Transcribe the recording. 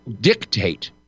dictate